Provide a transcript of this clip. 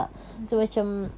betul